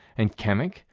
and chemic,